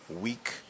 week